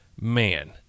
Man